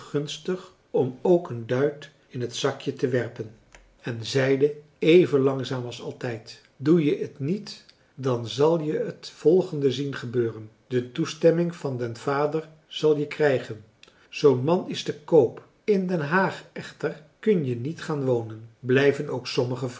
gunstig om ook een duit in het zakje te werpen en zeide even langmarcellus emants een drietal novellen zaam als altijd doe je t niet dan zal je het volgende zien gebeuren de toestemming van den vader zal je krijgen zoo'n man is te koop in den haag echter kun je niet gaan wonen blijven ook sommige